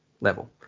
level